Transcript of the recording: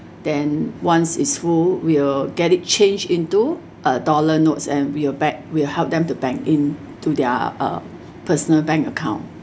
then once is full we'll get it changed into uh dollar notes and we are ba~ we will help them to bank in to their uh personal bank account